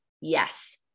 yes